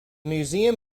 museum